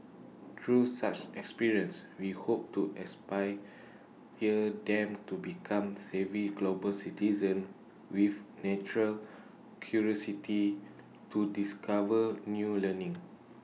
through such experiences we hope to inspire them to become savvy global citizens with natural curiosity to discover new learning